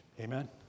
amen